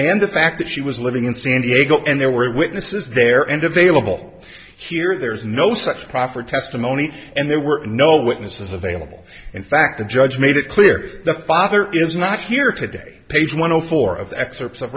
and the fact that she was living in san diego and there were witnesses there and available here there's no such proffer testimony and there were no witnesses available in fact the judge made it clear the father is not here today page one hundred four of the excerpts of